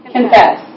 Confess